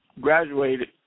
graduated